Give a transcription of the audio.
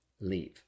leave